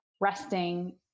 resting